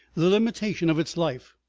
the limitation of its life.